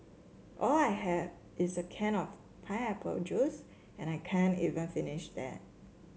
all I had is a can of pineapple juice and I can't even finish that